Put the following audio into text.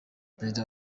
perezida